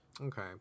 Okay